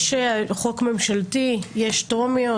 יש חוק ממשלתי, יש טרומיות.